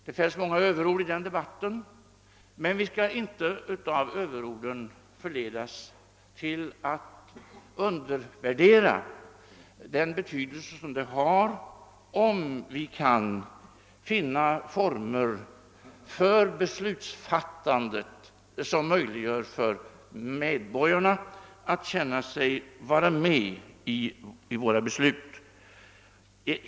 Det fälls många överord i den debatten, men vi får inte av överorden förledas att undervärdera betydelsen av att vi kan finna former för besluts fattande som gör att medborgarna kan känna sig vara med i våra beslut.